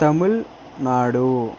Tamil Nadu